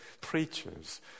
preachers